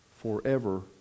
forever